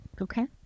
Okay